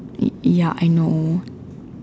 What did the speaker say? ya I know